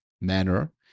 manner